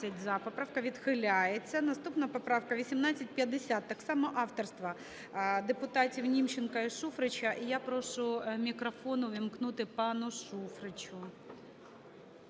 Поправка відхиляється. Наступна поправка 1850. Так само авторства депутатів Німченка і Шуфрича. І я прошу мікрофон увімкнути пану Шуфричу.